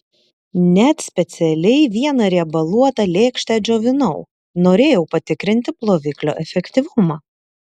net specialiai vieną riebaluotą lėkštę džiovinau norėjau patikrinti ploviklio efektyvumą